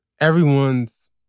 Everyone's